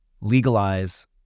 legalize